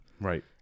Right